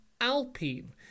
Alpine